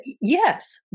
yes